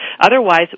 Otherwise